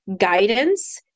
guidance